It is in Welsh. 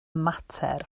mater